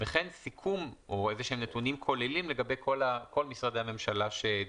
וכן סיכום או איזשהם נתונים כוללים לגבי כל משרדי הממשלה שדיווחו.